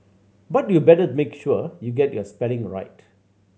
but you better make sure you get your spelling right